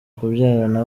kubyarana